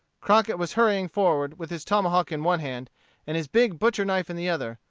crockett was hurrying forward with his tomahawk in one hand and his big butcher-knife in the other,